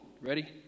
ready